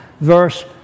verse